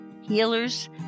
healers